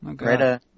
Right